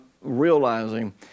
realizing